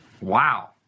Wow